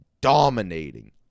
dominating